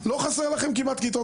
לא חסרות לכם כמעט כיתות,